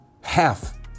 half